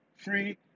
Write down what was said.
free